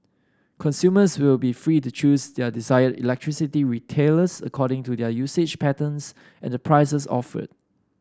consumers will be free to choose their desired electricity retailers according to their usage patterns and the prices offered